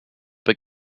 but